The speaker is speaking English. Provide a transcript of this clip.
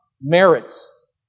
merits